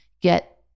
get